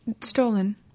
Stolen